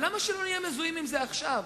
למה שלא נהיה מזוהים עם זה עכשיו?